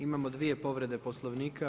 Imamo dvije povrede Poslovnika.